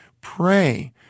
Pray